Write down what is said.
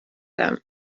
them